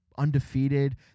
Undefeated